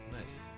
Nice